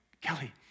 Kelly